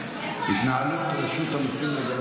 ינון, על התנהלות רשות המיסים.